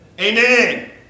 Amen